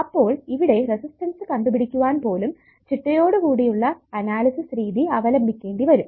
അപ്പോൾ ഇവിടെ റെസിസ്റ്റൻസ് കണ്ടുപിടിക്കുവാൻ പോലും ചിട്ടയോടുകൂടിയുള്ള അനാലിസിസ് രീതി അവലംബിക്കേണ്ടി വരും